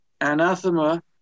anathema